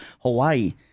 Hawaii